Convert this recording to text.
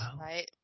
right